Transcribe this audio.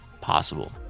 possible